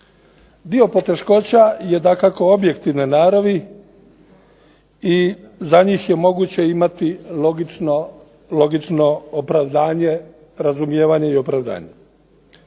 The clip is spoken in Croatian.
Dio poteškoća je dakako objektivne naravi i za njih je moguće imati logično opravdanje, razumijevanje i opravdanje.